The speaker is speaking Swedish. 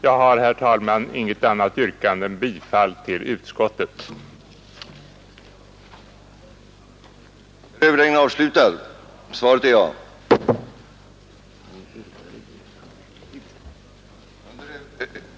Jag har, herr talman, inget annat yrkande än om bifall till utskottets hemställan.